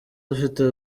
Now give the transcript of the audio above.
ufite